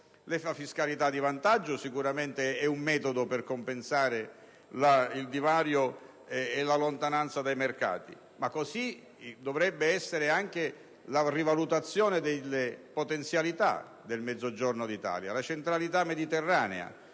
La fiscalità di vantaggio sicuramente è un metodo per compensare il divario dovuto alla lontananza dai mercati, ma così dovrebbe essere anche la rivalutazione delle potenzialità del Mezzogiorno d'Italia. Penso, ad esempio, alla centralità mediterranea.